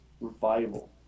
revival